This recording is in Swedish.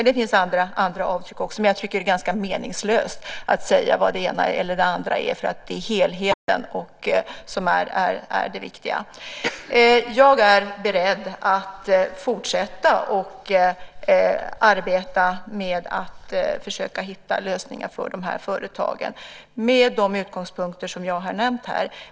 Det finns också andra avtryck, men jag tycker att det är ganska meningslöst att tala om det ena eller det andra. Det är ju helheten som är det viktiga. Jag är beredd att fortsätta att arbeta med att försöka hitta lösningar för de här företagen med de utgångspunkter som jag här nämnt.